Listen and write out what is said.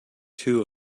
two